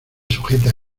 sujeta